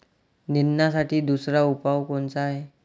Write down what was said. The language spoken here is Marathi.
निंदनासाठी दुसरा उपाव कोनचा हाये?